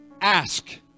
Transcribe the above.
Ask